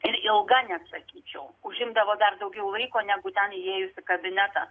ir ilga net sakyčiau užimdavo dar daugiau laiko negu ten įėjus į kabinetą